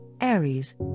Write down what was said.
Aries